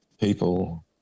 people